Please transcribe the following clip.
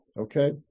Okay